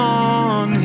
on